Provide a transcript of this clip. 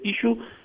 issue